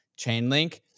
Chainlink